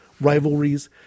rivalries